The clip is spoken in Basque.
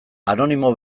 anonimo